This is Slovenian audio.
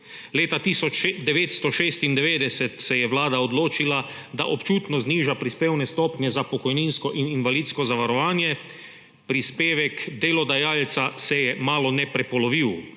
Leta 1996 se je Vlada odločila, da občutno zniža prispevne stopnje za pokojninsko in invalidsko zavarovanje, prispevek delodajalca se je malone prepolovil.